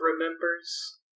remembers